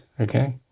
Okay